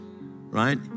right